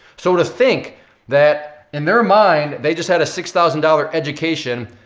so to think that, in their mind, they just had a six thousand dollars education,